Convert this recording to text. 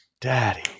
daddy